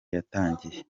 yatangiye